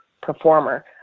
performer